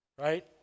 right